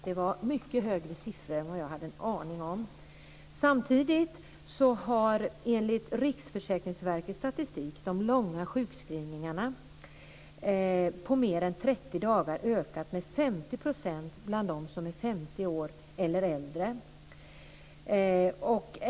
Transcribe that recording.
Det var mycket högre siffror än jag hade en aning om. Samtidigt har de långa sjukskrivningarna, på mer än 30 dagar, enligt Riksförsäkringsverkets statistik ökat med 50 % bland dem som är 50 år eller äldre.